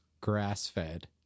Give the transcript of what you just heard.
grass-fed